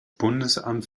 bundesamt